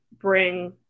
bring